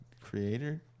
Creator